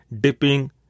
dipping